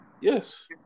Yes